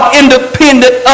independent